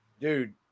Dude